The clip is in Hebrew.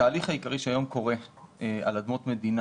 התהליך העיקרי שהיום קורה על אדמות מדינה